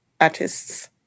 Artists